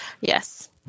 Yes